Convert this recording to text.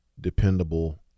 dependable